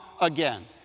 again